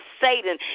Satan